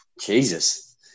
Jesus